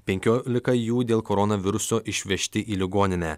penkiolika jų dėl koronaviruso išvežti į ligoninę